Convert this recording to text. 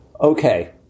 Okay